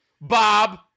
bob